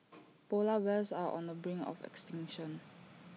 Polar Bears are on the brink of extinction